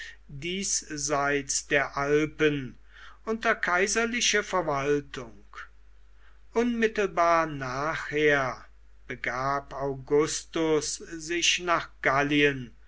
diesseits der alpen unter kaiserliche verwaltung unmittelbar nachher begab augustus sich nach gallien